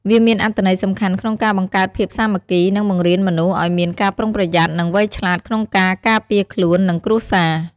វាមានអត្ថន័យសំខាន់ក្នុងការបង្កើតភាពសាមគ្គី និងបង្រៀនមនុស្សឱ្យមានការប្រុងប្រយ័ត្ន និងវៃឆ្លាតក្នុងការការពារខ្លួន និងគ្រួសារ។